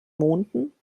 monden